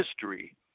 history